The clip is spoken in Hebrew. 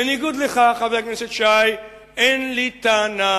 בניגוד לך, חבר הכנסת שי, אין לי על כך טענה.